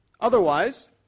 Otherwise